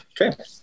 Okay